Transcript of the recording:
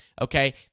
Okay